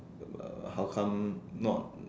uh how come not